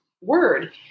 word